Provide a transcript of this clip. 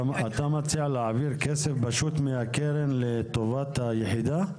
אתה פשוט מציע להעביר כסף מהקרן לטובת היחידה?